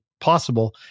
possible